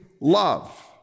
love